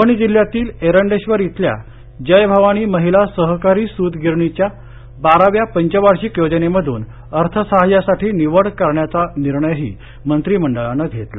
परभणी जिल्ह्यातील एरंडेधर इथल्या जय भवानी महिला सहकारी सूतगिरणीची बाराव्या पंचवार्षिक योजनेमधून अर्थसहाय्यासाठी निवड करण्याचा निर्णयही मंत्रीमंडळानं घेतला